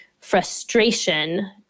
frustration